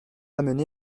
amené